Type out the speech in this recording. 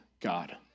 God